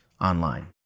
online